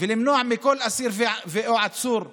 ולמנוע מכל אסיר או עצור לבוא.